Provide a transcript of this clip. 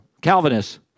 Calvinists